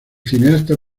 cineasta